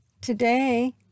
Today